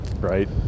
Right